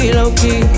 low-key